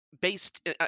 based